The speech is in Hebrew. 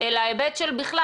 אלא בכלל.